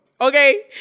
okay